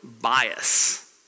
bias